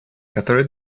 которой